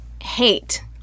hate